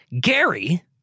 Gary –